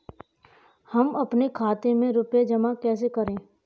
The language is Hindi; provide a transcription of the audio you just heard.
हम अपने खाते में रुपए जमा कैसे करें?